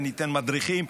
וניתן מדריכים.